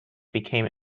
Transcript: became